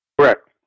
Correct